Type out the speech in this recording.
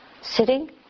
Sitting